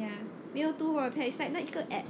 ya 没有我读 wattpad is like 一个 app~